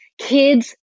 Kids